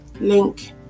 link